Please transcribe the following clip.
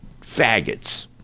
faggots